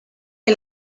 que